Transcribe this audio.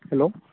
hello